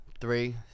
three